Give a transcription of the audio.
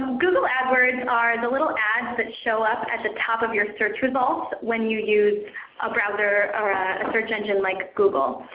google adwords are the little adds that show up at the top of your search results when you use a browser or a search engine like google.